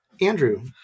Andrew